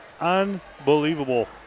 Unbelievable